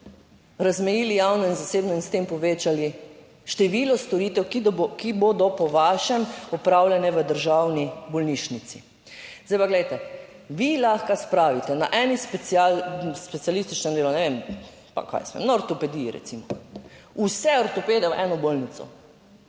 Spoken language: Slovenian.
razmejili javno in zasebno in s tem povečali število storitev, ki bodo po vašem opravljene v državni bolnišnici. Zdaj pa glejte, vi lahko spravite na eni specialističnem delu, ne vem, kaj jaz vem, na ortopediji recimo vse ortopede v eno bolnico,